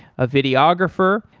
a videographer,